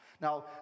Now